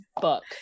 book